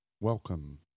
welcome